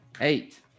Eight